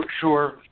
sure